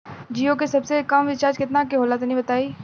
जीओ के सबसे कम रिचार्ज केतना के होला तनि बताई?